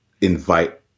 invite